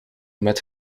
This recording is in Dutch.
met